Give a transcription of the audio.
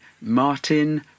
Martin